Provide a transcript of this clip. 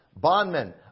bondmen